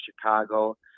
Chicago